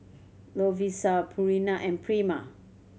Lovisa Purina and Prima